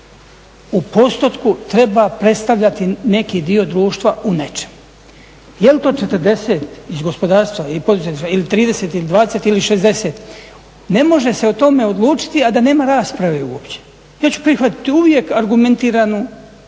u postotku treba predstavljati neki dio društva u nečemu. Je li to 40, iz gospodarstva i poduzetništva ili 30 ili 20 ili 60. Ne može se o tome odlučiti, a da nema rasprave uopće. Ja ću prihvatiti uvijek argumentiranu